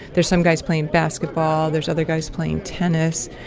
there's some guys playing basketball. there's other guys playing tennis.